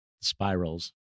spirals